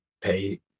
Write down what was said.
pay